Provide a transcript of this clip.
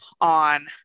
on